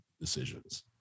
decisions